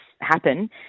happen